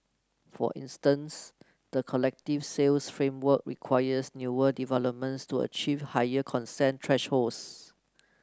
for instance the collective sales framework requires newer developments to achieve higher consent thresholds